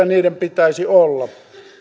niiden pitäisi olla